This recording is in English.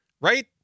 right